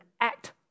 act